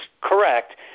correct